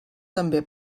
també